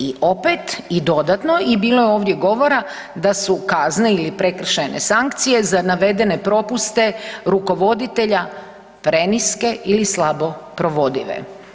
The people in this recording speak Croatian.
I opet i dodatno i bilo je ovdje govora da su kazne ili prekršajne sankcije za navedene propuste rukovoditelja preniske ili slabo provodive.